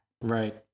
Right